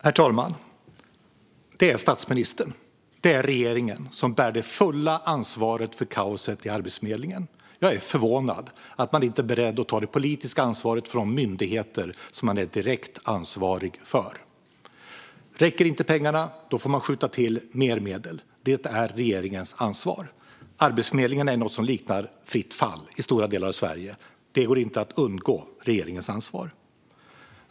Herr talman! Det är statsministern och regeringen som bär det fulla ansvaret för kaoset i Arbetsförmedlingen. Jag är förvånad över att man inte är beredd att ta det politiska ansvaret för de myndigheter som man är direkt ansvarig för. Om pengarna inte räcker får man skjuta till mer medel. Det är regeringens ansvar. Arbetsförmedlingen är i något som liknar fritt fall i stora delar av Sverige. Regeringen kan inte undgå sitt ansvar.